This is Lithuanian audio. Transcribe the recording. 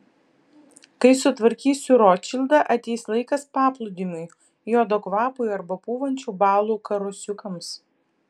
kai sutvarkysiu rotšildą ateis laikas paplūdimiui jodo kvapui arba pūvančių balų karosiukams